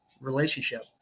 relationship